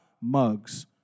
mugs